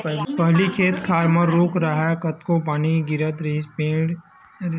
पहिली खेत खार म रूख राहय त कतको पानी गिरतिस मेड़ के माटी ह टस ले मस नइ होवत रिहिस हे